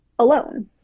alone